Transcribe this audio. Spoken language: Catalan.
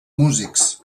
músics